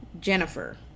Jennifer